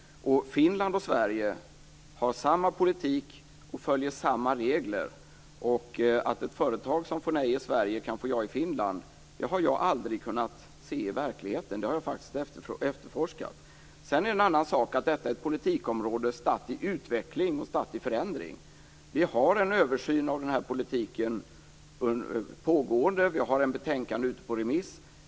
Finland och Sverige har samma politik och följer samma regler. Att ett företag som får nej i Sverige kan få ja i Finland har jag aldrig kunnat se i verkligheten. Det har jag faktiskt efterforskat. En annan sak är att detta är ett politikområde statt i utveckling och förändring. Det pågår en översyn av den här politiken. Vi har ett betänkande ute på remiss.